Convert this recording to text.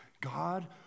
God